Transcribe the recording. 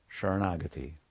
Sharanagati